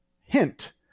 Hint